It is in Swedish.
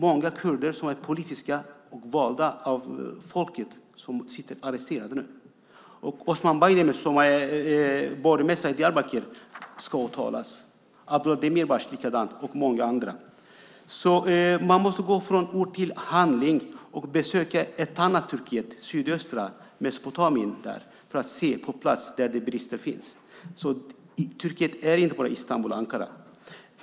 Många kurder som är politiker och valda av folket sitter nu arresterade, och Osman Baydemir, som var borgmästare i Diyarbakir, ska åtalas liksom Abdullah Demirbas och många andra. Man måste gå från ord till handling och besöka ett annat Turkiet, sydöstra Turkiet och Mesopotamien, för att på plats se de brister som finns. Turkiet är inte bara Istanbul och Ankara.